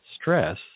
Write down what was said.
stress